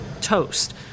toast